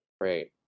great